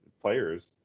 players